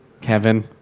Kevin